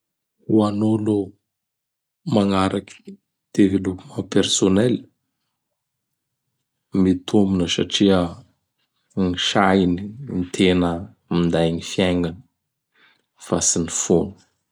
Ho an'olo magnaraky developpement personnel! Mitombona satria gn sainy ny tena minday gny fiaignany fa tsy n fony.